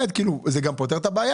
פותר את הבעיה